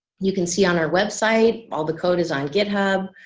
you can see on our website all the code is on github.